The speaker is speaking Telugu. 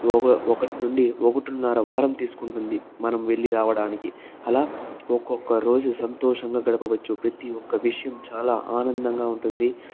ఒక ఒకటి నుండి ఒకటిన్నర వారం తీసుకుంటుంది మనం వెళ్ళి రావడానికి అలా ఒక్కొక్క రోజు సంతోషంగా గడపవచ్చు ప్రతి ఒక్క విషయం చాలా ఆనందంగా ఉంటుంది